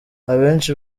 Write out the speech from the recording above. abenshi